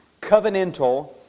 Covenantal